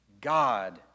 God